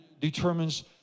determines